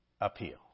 appeal